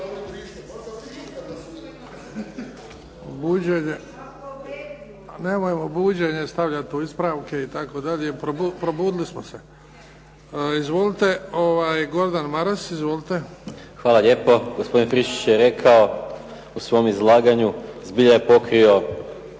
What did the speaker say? Hvala lijepo. Gospodin Friščić je rekao, u svom izlaganju zbilja je pokrio